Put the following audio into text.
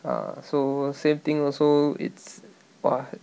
ah so same thing also it's !wah!